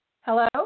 Hello